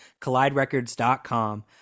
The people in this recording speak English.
Colliderecords.com